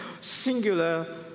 singular